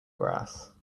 grass